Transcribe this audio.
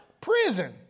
prison